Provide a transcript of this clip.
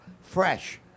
fresh